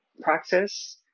practice